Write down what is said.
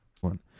One